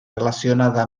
relacionada